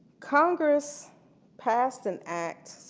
congress passed an act,